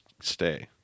stay